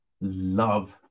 love